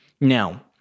Now